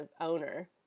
owner